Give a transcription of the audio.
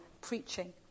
preaching